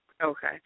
Okay